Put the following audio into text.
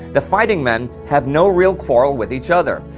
the fighting men have no real quarrel with each other.